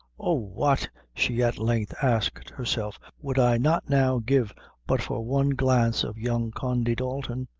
oh! what, she at length asked herself, would i not now give but for one glance of young condy dalton!